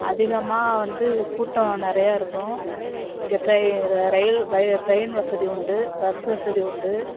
அதிகமாக வந்து கூட்டம் நிறையா இருக்கும் இங்கே ட்ரை ரயில் ர ட்ரையின் வசதி உண்டு பஸ் வசதி உண்டு